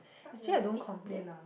rub your feet on that